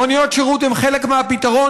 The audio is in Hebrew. מוניות שירות הן חלק מהפתרון,